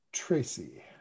Tracy